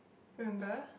remember